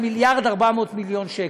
על 1.4 מיליארד שקל.